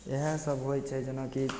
इएह सभ होइ छै जेना कि